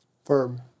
Firm